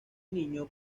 niño